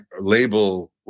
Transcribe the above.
label